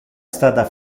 stata